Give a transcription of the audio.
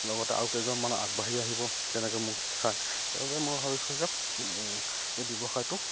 লগতে আৰু কেইজনমান আগবাঢ়ি আহিব তেনেকে মোক চায় সেইবাবে মই ভাবিছোঁ যে এই ব্যৱসায়টো